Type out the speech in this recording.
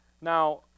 Now